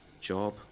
job